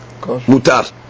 mutar